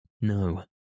No